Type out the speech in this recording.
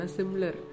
similar